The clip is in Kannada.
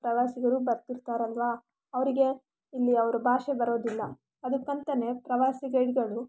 ಪ್ರವಾಸಿಗರು ಬರ್ತಿರ್ತಾರಲ್ವಾ ಅವರಿಗೆ ಇಲ್ಲಿ ಅವರು ಭಾಷೆ ಬರೋದಿಲ್ಲ ಅದ್ಕಂತನೇ ಪ್ರವಾಸಿ ಗೈಡ್ಗಳು